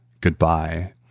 goodbye